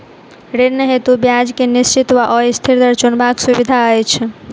ऋण हेतु ब्याज केँ निश्चित वा अस्थिर दर चुनबाक सुविधा अछि